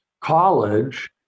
college